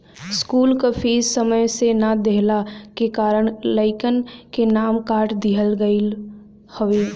school कअ fees समय से ना देहला के कारण लइकन के नाम काट दिहल गईल हवे